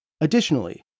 Additionally